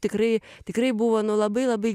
tikrai tikrai buvo nu labai labai